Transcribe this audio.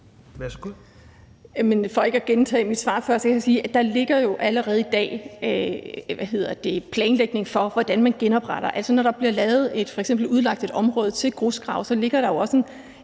For ikke at gentage mit svar fra før kan jeg sige, at der jo allerede i dag ligger planlægning for, hvordan man genopretter. Altså, når der f.eks. bliver udlagt et område til grusgrav, ligger der jo også en